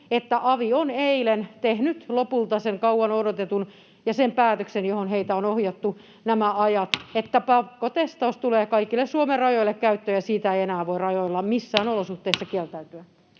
että avi on eilen tehnyt lopulta sen kauan odotetun päätöksen, johon heitä on ohjattu nämä ajat, että pakkotestaus tulee kaikille Suomen rajoille käyttöön, ja siitä ei enää voi rajoilla missään